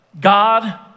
God